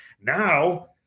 Now